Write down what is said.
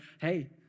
hey